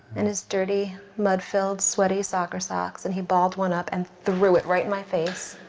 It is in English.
and his dirty, mud-filled, sweaty soccer socks and he balled one up and threw it right in my face.